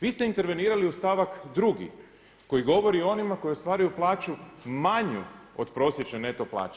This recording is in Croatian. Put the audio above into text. Vi ste intervenirali u stavak drugi koji govori o onima koji ostvaruju plaću manju od prosječne neto plaće.